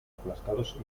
aplastados